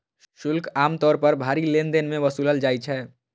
शुल्क आम तौर पर भारी लेनदेन मे वसूलल जाइ छै